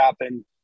happen